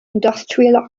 industrial